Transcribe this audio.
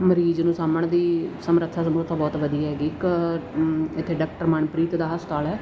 ਮਰੀਜ਼ ਨੂੰ ਸਾਂਭਣ ਦੀ ਸਮਰੱਥਾ ਸਮਰੁਥਾ ਤਾਂ ਬਹੁਤ ਵਧੀਆ ਹੈਗੀ ਇੱਕ ਇੱਥੇ ਡਾਕਟਰ ਮਨਪ੍ਰੀਤ ਦਾ ਹਸਪਤਾਲ ਹੈ